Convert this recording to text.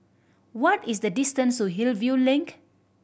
what is the distance to Hillview Link